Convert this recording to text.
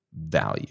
value